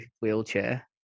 wheelchair